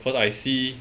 cause I see